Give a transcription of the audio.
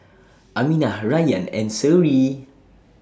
Aminah Rayyan and Seri